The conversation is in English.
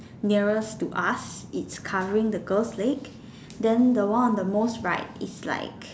nearest to us is covering the girl's leg then the one on the most right is like